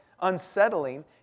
unsettling